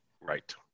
right